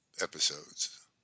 episodes